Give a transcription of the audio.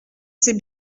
c’est